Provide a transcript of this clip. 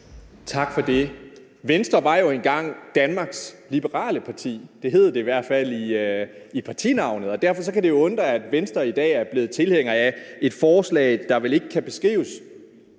Tak for det. Venstre var jo engang Danmarks Liberale Parti. Det hed det i hvert fald i partinavnet, og derfor kan det jo undre, at Venstre i dag er blevet tilhængere af et forslag, der vel ikke kan beskrives